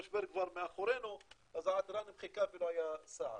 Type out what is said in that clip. שהמשבר כבר מאחורינו אז העתירה נמחקה ולא היה סעד.